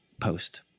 post